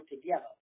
together